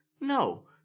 No